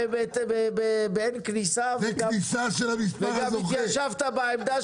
כניסה באין כניסה וגם התיישבת בעמדה